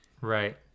right